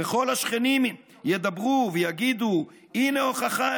// וכל השכנים ידברו / ויגידו: הינה הוכחה